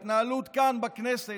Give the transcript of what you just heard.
ההתנהלות כאן בכנסת,